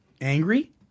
angry